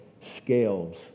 scales